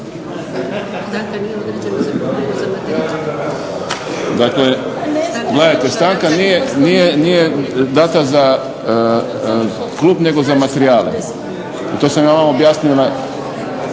Dakle, gledajte stanka nije data za klub nego za materijale i to sam ja vama objasnio